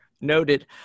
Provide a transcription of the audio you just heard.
noted